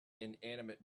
inanimate